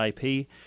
IP